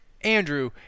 andrew